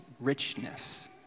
richness